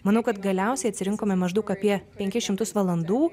manau kad galiausiai atsirinkome maždaug apie penkis šimtus valandų